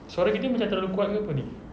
suara kita macam terlalu kuat ke apa ini